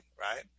right